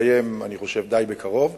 שאני חושב שעבודתה תסתיים די בקרוב.